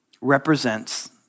represents